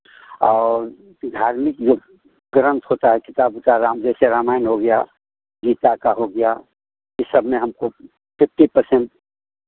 और धार्मिक जो ग्रंथ होता है किताब उताब रामायण जैसे रामायण हो गया गीता का हो गया ई सबमें हमको फिफ्टी पर्सेंट